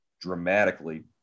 dramatically